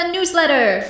Newsletter